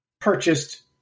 purchased